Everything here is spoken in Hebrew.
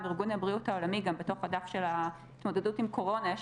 ארגון הבריאות העולמי - בדף של ההתמודדות עם קורונה יש